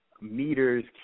Meters